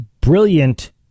brilliant